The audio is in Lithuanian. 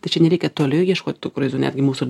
tai čia nereikia toli ieškoti tų krizių netgi mūsų